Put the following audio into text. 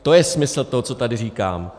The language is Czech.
To je smysl toho, co tady říkám.